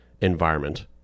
environment